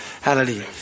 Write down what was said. Hallelujah